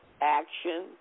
action